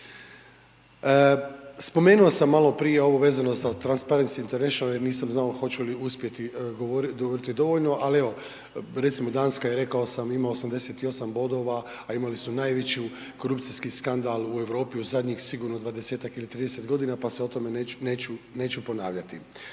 Spomenuo sam maloprije ovo vezano za transparency internacional jer nisam znao hoću li uspjeti govoriti dovoljno, ali evo, recimo danas kad je rekao sam ima 88 bodova, a imali su najveći korupcijski skandal u Europi u zadnjih sigurno 20-tak ili 30 godina, pa se o tome neću ponavljati.